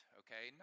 okay